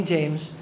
James